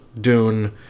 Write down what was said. Dune